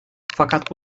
fakat